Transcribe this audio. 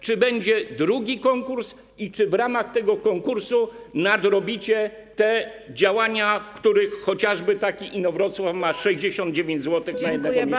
Czy będzie drugi konkurs i czy w ramach tego konkursu nadrobicie te działania, w których chociażby taki Inowrocław ma 69 zł na jednego mieszkańca?